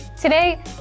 Today